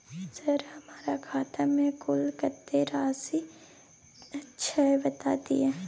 Sir हमरा खाता में कुल कत्ते राशि छै बता दिय?